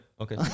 Okay